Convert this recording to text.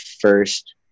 first